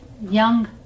young